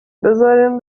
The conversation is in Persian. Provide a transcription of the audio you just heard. بذارین